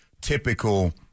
typical